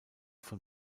von